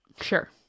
Sure